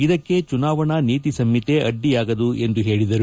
ಇದಕ್ಕೆ ಚುನಾವಣಾ ನೀತಿ ಸಂಹಿತೆ ಅಡ್ಡಿಯಾಗದು ಎಂದು ಹೇಳಿದರು